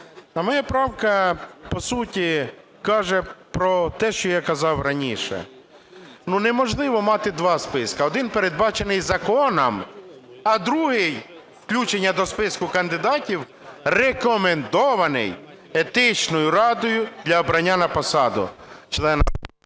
Моя правка, по суті, каже про те, що я казав раніше. Неможливо мати два списки: один - передбачений законом, а другий, включення до списку кандидатів, рекомендований Етичною радою для обрання на посаду члена...